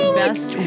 best